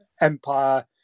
empire